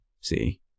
See